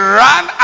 run